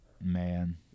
Man